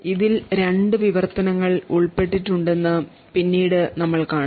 ഇതിൽ രണ്ട് വിവർത്തനങ്ങൾ ഉൾപ്പെട്ടിട്ടുണ്ടെന്ന് പിന്നീട് നമ്മൾ കാണും